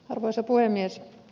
arvoisa puhemies